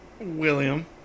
William